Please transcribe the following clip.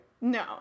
No